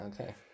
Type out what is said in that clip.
okay